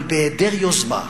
אבל בהיעדר יוזמה,